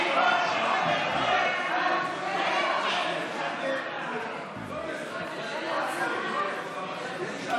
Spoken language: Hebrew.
חוק-יסוד: הממשלה (תיקון מס' 11) נתקבל.